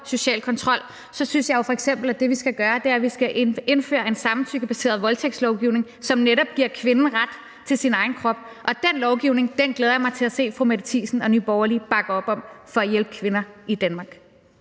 sociale kontrol, synes jeg jo f.eks., at det, vi skal gøre, er at indføre en samtykkebaseret voldtægtslovgivning, som netop giver kvinden ret til sin egen krop, og den lovgivning glæder jeg mig til at se fru Mette Thiesen og Nye Borgerlige bakke op om for at hjælpe kvinder i Danmark.